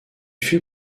fut